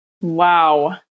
Wow